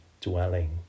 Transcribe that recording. dwelling